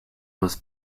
was